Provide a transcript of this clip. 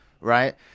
right